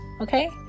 okay